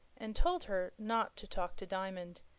and told her not to talk to diamond,